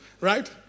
right